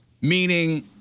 meaning